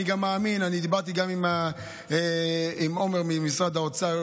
אני גם מאמין אני דיברתי גם עם עומר ממשרד האוצר,